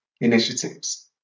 initiatives